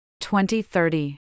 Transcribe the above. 2030